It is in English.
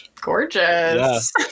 Gorgeous